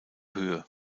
höhe